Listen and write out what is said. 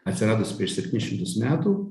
atsiradus prieš septynis šimtus metų